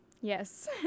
Yes